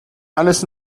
alles